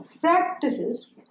practices